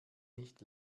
nicht